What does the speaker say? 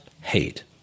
hate